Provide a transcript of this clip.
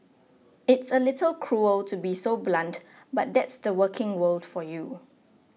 it's a little cruel to be so blunt but that's the working world for you